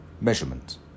Measurement